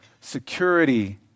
security